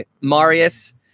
Marius